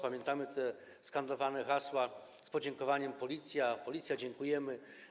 Pamiętamy te skandowane hasła z podziękowaniem: Policja, Policja, dziękujemy!